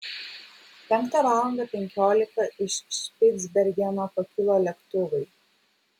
penktą valandą penkiolika iš špicbergeno pakilo lėktuvai